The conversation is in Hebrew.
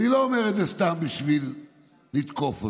אני לא אומר את זה סתם בשביל לתקוף אותו.